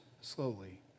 slowly